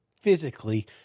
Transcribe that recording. physically